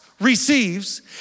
receives